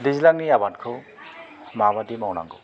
दैज्लांनि आबादखौ माबादि मावनांगौ